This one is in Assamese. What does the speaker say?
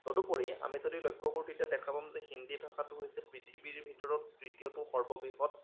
তদুপৰি আমি যদি লক্ষ্য কৰোঁ তেতিয়া দেখা পাম যে হিন্দী ভাষাটো হৈছে পৃথিৱীৰ ভিতৰত তৃতীয়টো সৰ্ববৃহৎ